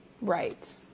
right